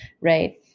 right